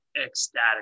ecstatic